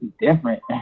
different